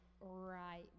right